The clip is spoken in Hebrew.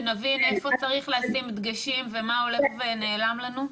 שנבין איפה צריך לשים דגשים ומה הולך ונעלם לנו?